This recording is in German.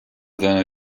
seiner